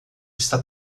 está